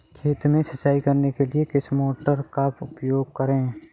खेत में सिंचाई करने के लिए किस मोटर का उपयोग करें?